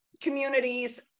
communities